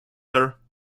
her